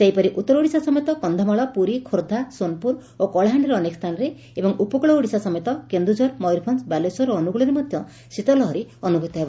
ସେହିପରି ଉତ୍ତର ଓଡ଼ିଶା ସମେତ କକ୍ଷମାଳ ପୁରୀ ଖୋର୍କ୍ଧା ସୋନପୁର ଓ କଳାହାଣ୍ଡିର ଅନେକ ସ୍ଚାନରେ ଏବଂ ଉପକ୍ଳ ଓଡ଼ିଶା ସମେତ କେନ୍ଦୁଝର ମୟରଭଞ୍ ବାଲେଶ୍ୱର ଓ ଅନୁଗୁଳରେ ମଧ ଶୀତ ଲହରୀ ଅନୁଭ୍ରତ ହେବ